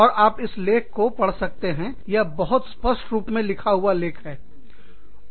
और आप इस लेख को पढ़ सकते हैं यह बहुत स्पष्ट रूप से लिखा हुआ लेख है